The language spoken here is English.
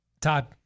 Todd